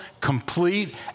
complete